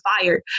fired